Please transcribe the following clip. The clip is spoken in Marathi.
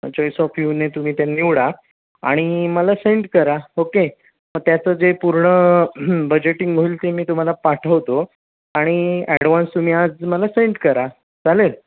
चॉइस ऑफ युने तुम्ही त्या निवडा आणि मला सेंड करा ओके मग त्याचं जे पूर्ण बजेटिंग होईल ते मी तुम्हाला पाठवतो आणि ॲडवान्स तुम्ही आज मला सेंड करा चालेल